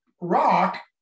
Rock